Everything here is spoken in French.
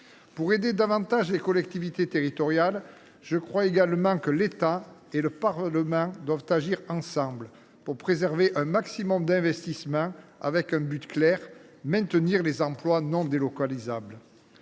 Pour aider davantage les collectivités territoriales, je crois également que l’État et le Parlement doivent agir ensemble, afin de préserver un maximum d’investissements, avec un but clair : maintenir les emplois non délocalisables.